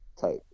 type